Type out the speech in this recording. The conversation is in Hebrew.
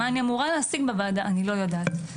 מה אני אמורה להשיג בוועדה אני לא יודעת.